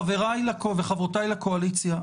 חבריי וחברותיי לקואליציה,